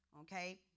okay